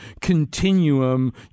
continuum